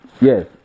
Yes